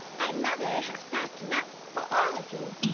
and mother has packed enough for all of you!